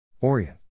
Orient